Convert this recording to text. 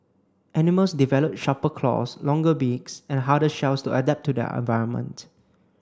animals develop sharper claws longer beaks and harder shells to adapt to their environment